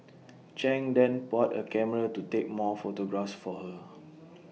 chang then bought A camera to take more photographs for her